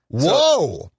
whoa